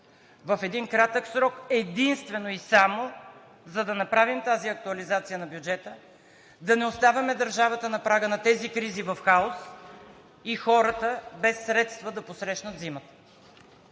в един кратък срок единствено и само за да направим тази актуализация на бюджета, да не оставяме държавата на прага на тези кризи и хаос и хората да посрещнат зимата